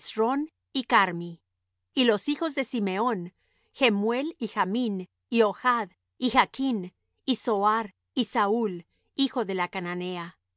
hezrón y carmi y los hijos de simeón jemuel y jamín y ohad y jachn y zohar y saúl hijo de la cananea